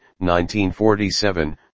1947